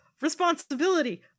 responsibility